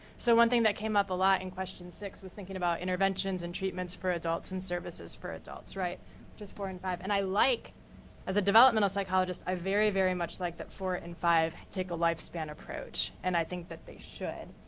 so one thing that came up a lot in question six was thinking about interventions and treatments for adults and services for adults. just four and five. and i like as a developmental psychologist, i very, very much like that four and five take a lifespan approach and i think they should.